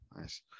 Nice